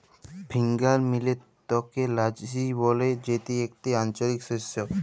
finger মিলেটকে রাজি ব্যলে যেটি একটি আঞ্চলিক শস্য